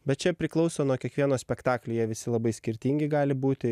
bet čia priklauso nuo kiekvieno spektaklio jie visi labai skirtingi gali būti